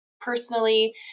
Personally